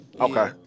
Okay